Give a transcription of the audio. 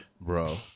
Bro